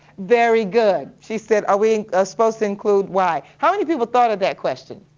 very good, she said are we and ah supposed to include y. how many people thought of that question?